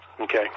Okay